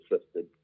assisted